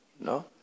No